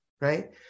right